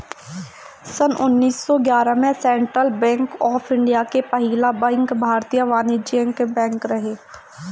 सन्न उन्नीस सौ ग्यारह में सेंट्रल बैंक ऑफ़ इंडिया के पहिला बैंक भारतीय वाणिज्यिक बैंक रहे